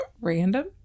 Random